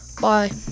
Bye